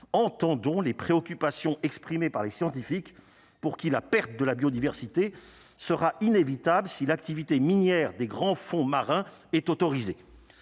entendons les préoccupations exprimées par les scientifiques pour qui la perte de la biodiversité sera inévitable si l'activité minière des grands fonds marins est autorisée,